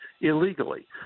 illegally